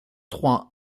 trois